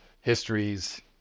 histories